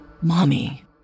Mommy